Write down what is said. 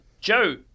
joe